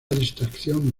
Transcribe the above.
distracción